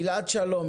גלעד שלום,